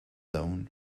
own